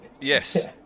Yes